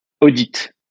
Audit